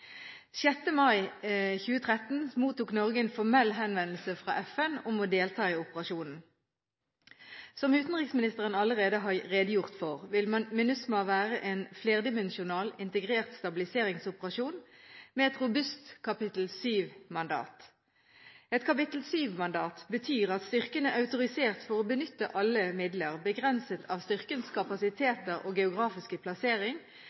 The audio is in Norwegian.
6. mai 2013 mottok Norge en formell henvendelse fra FN om å delta i operasjonen. Som utenriksministeren allerede har redegjort for, vil MINUSMA være en flerdimensjonal integrert stabiliseringsoperasjon med et robust kapittel VII-mandat. Et kapittel VII-mandat betyr at styrken er autorisert for å benytte alle midler, begrenset av styrkens kapasiteter og geografiske plassering,